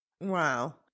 Wow